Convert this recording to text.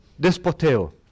despoteo